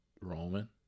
Roman